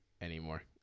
anymore